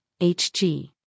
Hg